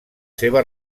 seva